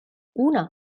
una